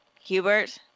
Hubert